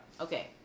Okay